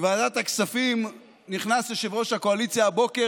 לוועדת הכספים נכנס יושב-ראש הקואליציה הבוקר